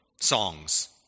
songs